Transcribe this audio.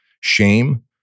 shame